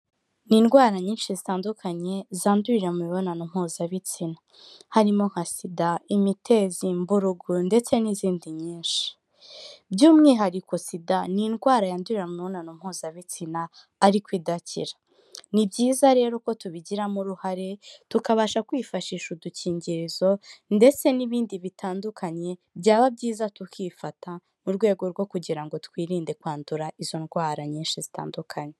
n'indwara nyinshi zitandukanye zandurira mu mibonano mpuzabitsina harimo nka sida, imitezi, mburugu, ndetse n'izindi nyinshi by'umwihariko sida ni indwara yandurira mu mibonano mpuzabitsina ariko idakira, ni byiza rero ko tubigiramo uruhare tukabasha kwifashisha udukingirizo ndetse n'ibindi bitandukanye, byaba byiza tukifata mu rwego rwo kugira ngo twirinde kwandura izo ndwara nyinshi zitandukanye.